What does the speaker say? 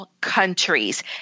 countries